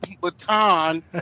baton